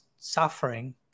Suffering